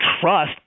trust